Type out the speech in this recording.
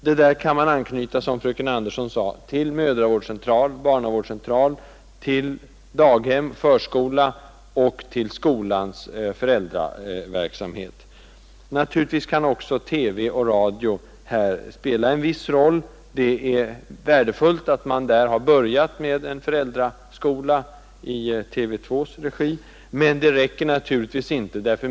Utbildningen kan anknytas, som fröken Andersson sade, till mödravårdscentral, till barnavårdscentral, till daghem, till förskola och till skolans föräldraverksamhet. Naturligtvis kan också TV och radio spela en viss roll. Det är värdefullt att en föräldraskola har börjat i TV 2:s regi, men det räcker inte.